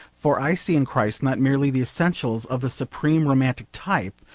for i see in christ not merely the essentials of the supreme romantic type,